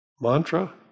Mantra